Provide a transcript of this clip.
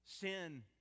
Sin